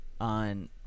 on